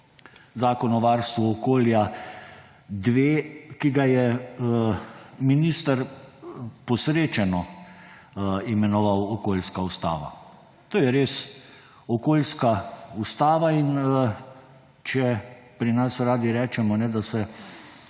Zakon o varstvu okolja-2, ki ga je minister posrečeno imenoval okoljska ustava. To je res okoljska ustava in če pri nas radi rečemo, da se